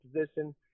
position